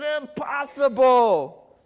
impossible